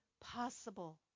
possible